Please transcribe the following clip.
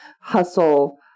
hustle